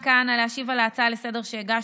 הממשלה צריכה לעשות,